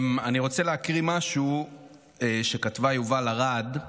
אני רוצה להקריא משהו שכתבה יובל ארד.